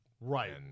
Right